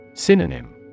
Synonym